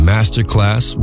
Masterclass